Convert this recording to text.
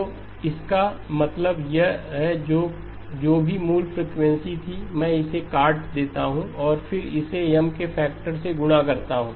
तो इसका मतलब है कि जो भी मूल फ्रीक्वेंसी थी मैं इसे काट देता हूं और फिर इसे M के फैक्टर से गुणा करता हूं